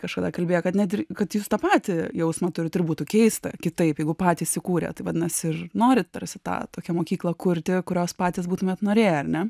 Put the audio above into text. kažkada kalbėjo kad net ir kad jūs tą patį jausmą turit ir būtų keista kitaip jeigu patys įkūrėt tai vadinas ir nori tarsi tą tokią mokyklą kurti kurios patys būtumėt norėję ar ne